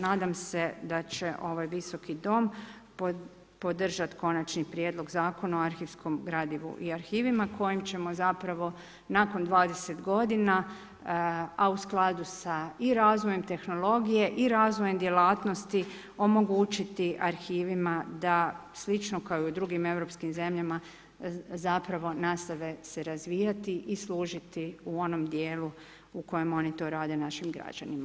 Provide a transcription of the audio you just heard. Nadam se da će ovaj visoki dom podržati Konačni prijedlog Zakona o arhivskom gradivu i arhivima kojim ćemo zapravo nakon 20 godina, a u skladu i sa razvojem tehnologije i razvojem djelatnosti omogućiti arhivima da slično kao i u drugim europskim zemljama nastave se razvijati i služiti u onom dijelu u kojem oni to rade našim građanima.